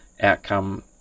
outcome